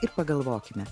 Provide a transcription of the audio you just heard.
ir pagalvokime